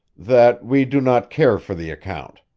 that we do not care for the account.